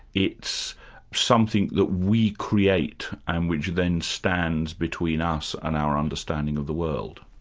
it's something that we create and which then stands between us and our understanding of the world.